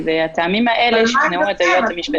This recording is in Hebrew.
הטעמים האלה שכנעו את היועץ המשפטי.